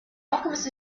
alchemist